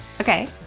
Okay